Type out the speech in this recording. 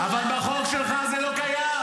אבל בחוק שלך זה לא קיים.